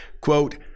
quote